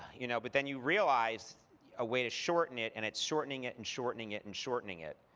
you know but then you realize a way to shorten it, and it's shortening it, and shortening it, and shortening it.